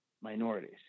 minorities